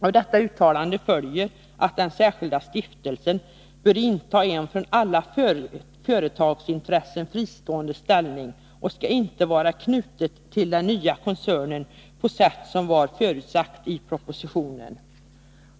Av detta uttalande följer att den särskilda stiftelsen bör inta en från alla företagsintressen fristående ställning och inte vara knuten till den nya koncernen på det sätt som var utsagt i propositionen.